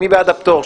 מי בעד הפטור?